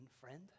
friend